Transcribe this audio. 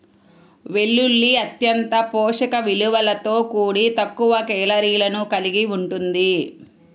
వెల్లుల్లి అత్యంత పోషక విలువలతో కూడి తక్కువ కేలరీలను కలిగి ఉంటుంది